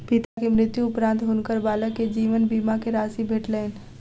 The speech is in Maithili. पिता के मृत्यु उपरान्त हुनकर बालक के जीवन बीमा के राशि भेटलैन